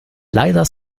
leider